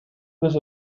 with